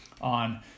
on